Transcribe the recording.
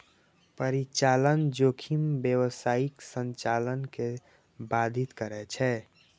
परिचालन जोखिम व्यावसायिक संचालन कें बाधित करै छै